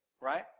right